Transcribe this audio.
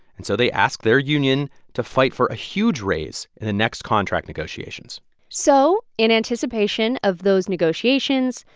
and so they asked their union to fight for a huge raise in the next contract negotiations so in anticipation of those negotiations,